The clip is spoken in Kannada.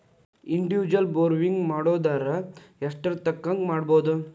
ಇಂಡಿವಿಜುವಲ್ ಬಾರೊವಿಂಗ್ ಮಾಡೊದಾರ ಯೆಷ್ಟರ್ತಂಕಾ ಮಾಡ್ಬೋದು?